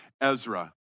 Ezra